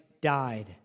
died